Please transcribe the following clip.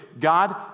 God